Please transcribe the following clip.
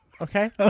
okay